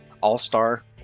all-star